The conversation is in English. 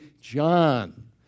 John